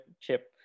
chip